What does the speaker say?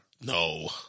No